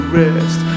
rest